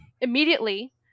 Immediately